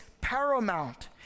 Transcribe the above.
paramount